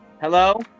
hello